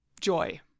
joy